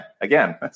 again